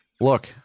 Look